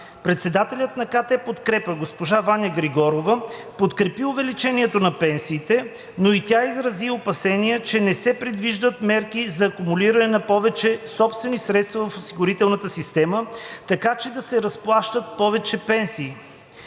Представителят на КТ „Подкрепа“ госпожа Ваня Григорова подкрепи увеличението на пенсиите, но и тя изрази опасения, че не се предвиждат мерки за акумулиране на повече собствени средства в осигурителната система, така че да се разплащат повече пенсии.